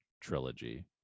trilogy